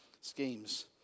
schemes